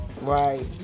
right